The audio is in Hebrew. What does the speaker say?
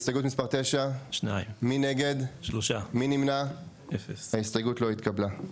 2 נגד, 3 נמנעים, 0 ההסתייגות לא התקבלה.